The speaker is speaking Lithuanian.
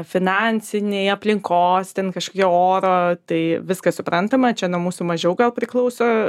finansiniai aplinkos ten kažkokie oro tai viskas suprantama čia mūsų mažiau gal priklauso